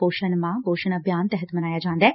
ਪੋਸ਼ਣ ਮਾਹ ਪੋਸ਼ਣ ਅਭਿਆਨ ਤਹਿਤ ਮਨਾਇਆ ਜਾ ਰਿਹੈ